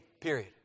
period